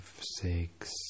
six